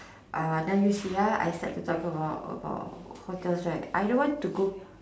uh now you see ah now that I start talking about hotels right I don't want to go